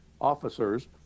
officers